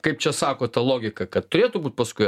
kaip čia sako ta logika kad turėtų būt paskui